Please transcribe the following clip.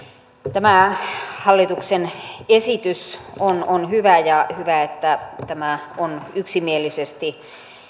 tämä hallituksen esitys on on hyvä ja on hyvä että tämä on yksimielisesti